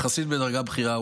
יחסית בדרגה בכירה.